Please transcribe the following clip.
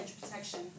protection